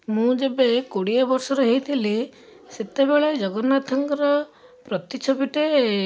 ମୁଁ ଯେବେ କୋଡ଼ିଏ ବର୍ଷର ହେଇଥିଲି ସେତେବେଳେ ଜଗନ୍ନାଥଙ୍କର ପ୍ରତିଛବି ଟିଏ